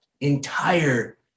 entire